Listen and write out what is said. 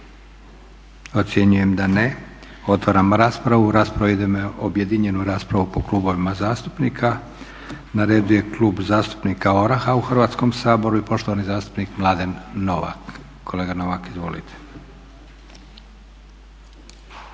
Ocjenjujem da ne. Otvaram raspravu. Raspravu idemo objedinjenu raspravu po klubovima zastupnika. Na redu je Klub zastupnika ORAH-a u Hrvatskom saboru i poštovani zastupnik Mladen Novak. Kolega Novak, izvolite.